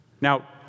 Now